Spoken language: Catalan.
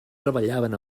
treballaven